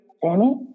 Sammy